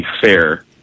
fair